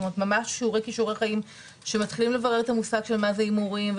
ממש שיעורי כישורי חיים שמתחילים לברר את המושג של מה זה הימורים,